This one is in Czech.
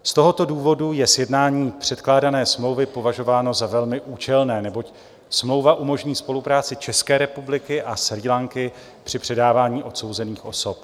Z tohoto důvodu je sjednání předkládané smlouvy považováno za velmi účelné, neboť smlouva umožní spolupráci České republiky a Srí Lanky při předávání odsouzených osob.